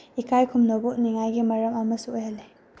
ꯏꯀꯥꯏ ꯈꯨꯝꯅꯕ ꯎꯠꯅꯤꯉꯥꯏꯒꯤ ꯃꯔꯝ ꯑꯃꯁꯨ ꯑꯣꯏꯍꯜꯂꯦ